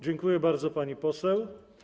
Dziękuję bardzo, pani poseł.